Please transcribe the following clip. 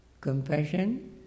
compassion